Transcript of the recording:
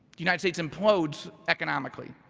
united states implodes economically.